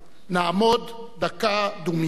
נעמוד דקה דומייה לזכרו.